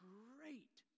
great